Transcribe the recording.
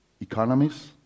economies